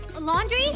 laundry